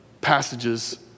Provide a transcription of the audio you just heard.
passages